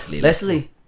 Leslie